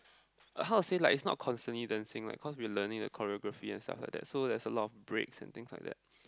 how to say like is not conceding dancing cause we learning a Korean graphic itself like that so there's lot of breaks and things like that